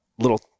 little